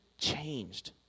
changed